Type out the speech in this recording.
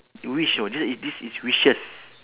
you wish you know this one is this is wishes